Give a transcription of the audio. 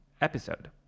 episode